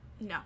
No